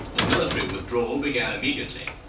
the military withdrawal began immediately.